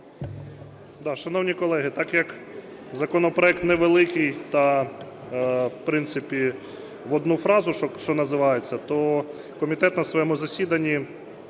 Шановні колеги, так як законопроект невеликий та, в принципі, в одну фразу, що називається, то комітет на своєму засіданні